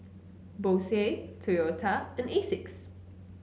Bose Toyota and Asics